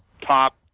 top